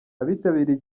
abitabiriye